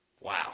Wow